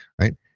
right